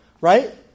right